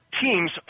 teams